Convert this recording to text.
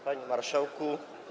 Panie Marszałku!